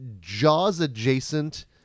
Jaws-adjacent